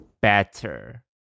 better